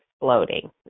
exploding